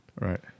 Right